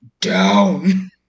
down